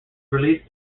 released